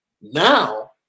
now